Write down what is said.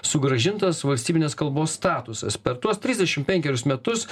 sugrąžintas valstybinės kalbos statusas per tuos trisdešim penkerius metus